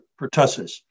pertussis